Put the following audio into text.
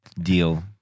deal